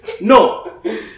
No